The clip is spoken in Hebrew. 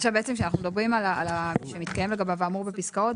עכשיו בעצם שאנחנו מדברים על שמתקיים לגביו האמור בפסקאות,